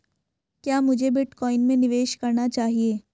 क्या मुझे बिटकॉइन में निवेश करना चाहिए?